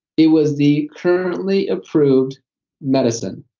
it was the currently-approved medicine.